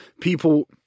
people